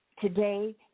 today